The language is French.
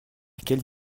quelle